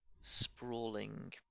sprawling